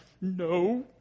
No